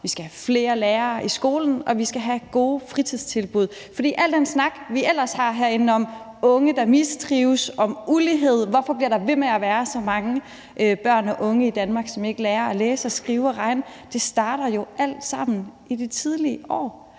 vi skal have flere lærere i skolen, og vi skal have gode fritidstilbud. For alt det, vi ellers snakker om herinde, om unge, der mistrives, om ulighed og om, hvorfor der bliver ved med at være så mange børn og unge i Danmark, som ikke lærer at læse, skrive og regne, starter jo alt sammen i de tidlige år.